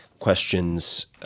questions